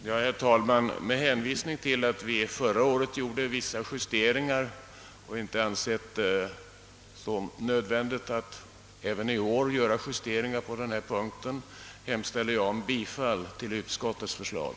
Herr talman! Med hänvisning till att vi förra året gjorde vissa justeringar och inte ansett det nödvändigt att göra det även i år hemställer jag om bifall till utskottets förslag.